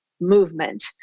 Movement